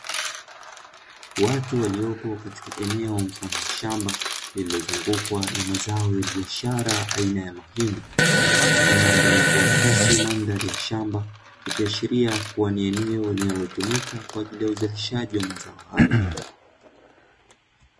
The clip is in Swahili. Watu waliopo katika eneo mfano wa shamba lililozungukwa na mazao ya biashara aina ya mahindi, katika eneo lenye kuakisi mandhari ya shamba. Ikiashiria kuwa ni eneo linalotumika kwa ajili ya uzalishaji wa mazao hayo.